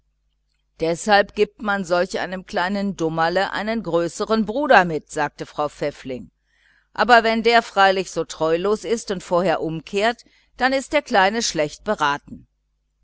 deshalb gibt man solch einem kleinen dummerle einen größeren bruder mit sagte frau pfäffling aber wenn der freilich so treulos ist und vorher umkehrt dann ist der kleine schlecht beraten